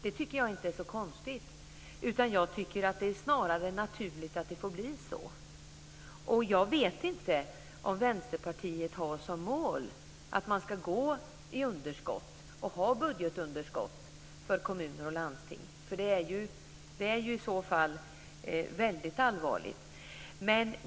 Jag tycker snarare att det är naturligt att det blir så. Jag vet inte om Vänsterpartiet har som mål att kommuner och landsting ska ha budgetunderskott. Det är i så fall väldigt allvarligt.